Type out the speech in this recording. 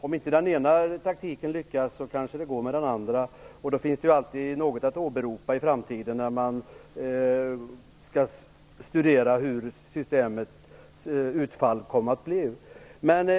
Om inte den ena taktiken lyckas kanske det går med den andra, och då finns det alltid något att åberopa i framtiden när man skall studera hur systemets utfall kom att bli.